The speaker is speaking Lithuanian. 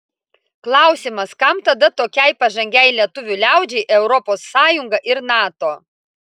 klausimas kam tada tokiai pažangiai lietuvių liaudžiai europos sąjunga ir nato